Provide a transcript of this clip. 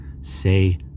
say